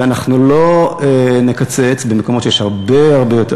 ואנחנו לא נקצץ במקומות שיש הרבה הרבה יותר.